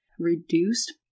Reduced